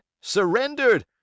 Surrendered